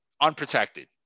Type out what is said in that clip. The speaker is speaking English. Unprotected